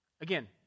Again